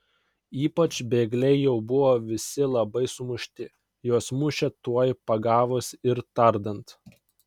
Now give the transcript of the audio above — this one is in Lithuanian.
ypač bėgliai jau buvo visi labai sumušti juos mušė tuoj pagavus ir tardant